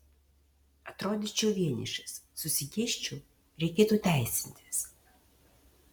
atrodyčiau vienišas susigėsčiau reikėtų teisintis